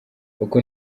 uko